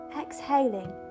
Exhaling